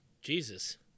Jesus